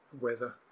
Weather